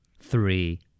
three